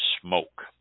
smoke